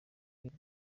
rwego